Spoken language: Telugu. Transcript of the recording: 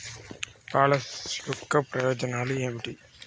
పాలసీ యొక్క ప్రయోజనాలు ఏమిటి?